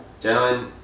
Gentlemen